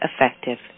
effective